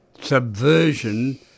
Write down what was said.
subversion